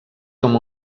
com